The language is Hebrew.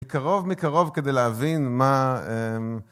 מקרוב מקרוב כדי להבין מה...